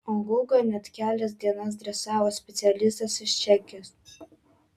o gugą net kelias dienas dresavo specialistas iš čekijos